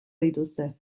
dituzte